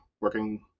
working